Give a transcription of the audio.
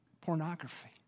pornography